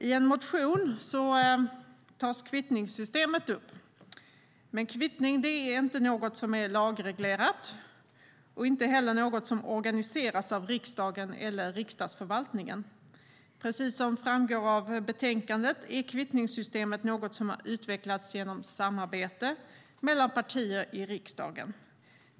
I en motion tas kvittningssystemet upp. Men kvittning är inte något som är lagreglerat, och inte heller något som organiseras av riksdagen eller riksdagsförvaltningen. Precis som framgår av betänkandet är kvittningssystemet något som har utvecklats genom samarbete mellan partier i riksdagen.